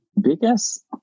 biggest